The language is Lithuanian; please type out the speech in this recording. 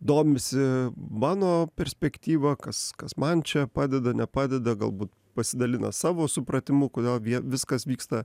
domisi mano perspektyva kas kas man čia padeda nepadeda galbūt pasidalina savo supratimu kodėl viskas vyksta